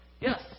Yes